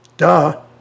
Duh